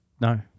No